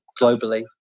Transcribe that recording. globally